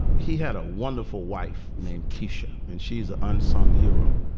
he had a wonderful wife named keesha. and she's the unsung hero.